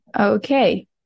okay